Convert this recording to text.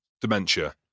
dementia